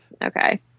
Okay